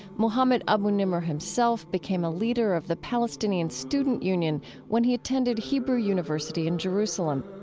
mohammed abu-nimer himself became a leader of the palestinian student union when he attended hebrew university in jerusalem.